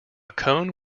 cone